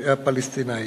הפלסטיני.